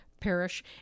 parish